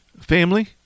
Family